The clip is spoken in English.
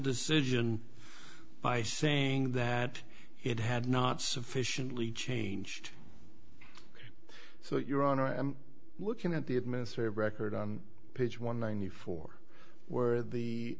decision by saying that it had not sufficiently changed so your honor i'm looking at the administrative record on page one ninety four where the